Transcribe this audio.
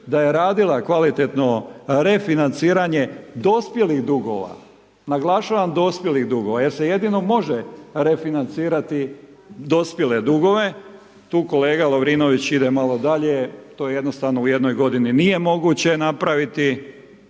da je radila kvalitetno refinanciranje dospjelih duga, naglašavam, dospjelih duga jer se jedino može refinancirati dospjele dugove, tu kolega Lovrinović ide malo dalje, to jednostavno u jednog godini nije moguće napraviti